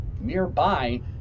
Nearby